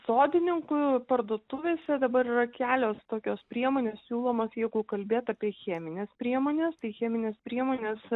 sodininkų parduotuvėse dabar yra kelios tokios priemonės siūlomos jeigu kalbėt apie chemines priemones tai cheminės priemonės